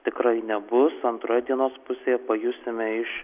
tikrai nebus antroje dienos pusėje pajusime iš